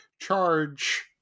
charge